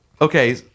okay